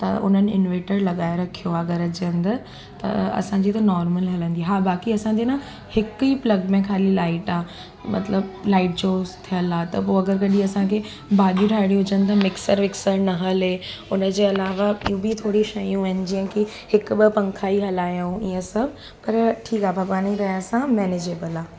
त उन्हनि इनवेटर लॻाए रखियो आहे घर जे अंदरि त असांजी त नोर्मल हलंदी आहे हा बाक़ी असांजी न हिकु ई प्लग में ख़ाली लाइट आहे मतिलबु लाइट जो थियलु आहे त पोइ अगरि कॾहिं असांखे भाॼी ठाहिणी हुजनि त मिक्सर विक्सर न हले हुन जे अलावा फिर बि थोरी शयूं आहिनि जीअं की हिकु ॿ पंखा ई हलायूं इअं सभु पर ठीकु आहे भॻवान जी दया सां मैनेजेबल आहे